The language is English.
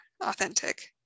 authentic